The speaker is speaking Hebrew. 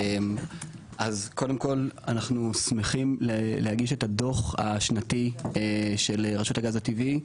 אז קודם כל אנחנו שמחים להגיש את הדו"ח השנתי של רשות הגז הטבעי,